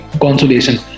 consolation